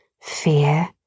fear